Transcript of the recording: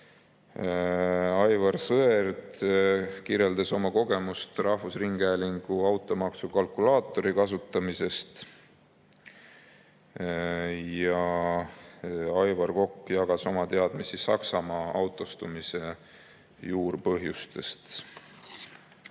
Aivar Sõerd kirjeldas oma kogemust rahvusringhäälingu automaksu kalkulaatori kasutamisel ja Aivar Kokk jagas oma teadmisi Saksamaa autostumise juurpõhjustest.